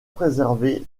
préserver